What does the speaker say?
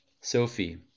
Sophie